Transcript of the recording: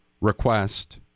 request